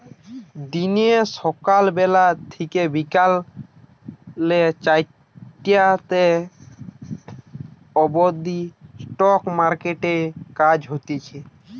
দিনে সকাল বেলা থেকে বিকেল চারটে অবদি স্টক মার্কেটে কাজ হতিছে